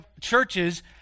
churches